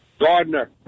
Gardner